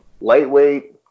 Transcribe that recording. lightweight